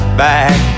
back